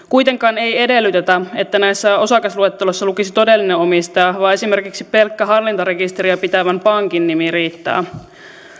kuitenkaan ei edellytetä että näissä osakasluetteloissa lukisi todellinen omistaja vaan esimerkiksi pelkkä hallintarekisteriä pitävän pankin nimi riittää